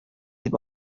дип